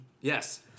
Yes